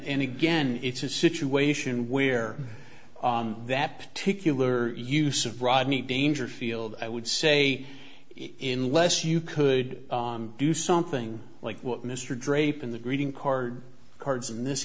gain it's a situation where that particular use of rodney dangerfield i would say in less you could do something like what mr drape in the greeting card cards in this